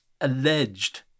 alleged